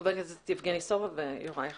חבר הכנסת יבגני סובה ויוראי אחריו.